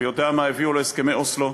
הוא יודע מה הביאו לו הסכמי אוסלו,